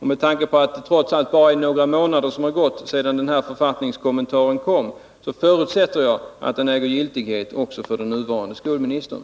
Med tanke på att det bara är några månader som gått sedan denna författningskommentar kom ut förutsätter jag att den äger lan giltighet också för den nuvarande skolministern.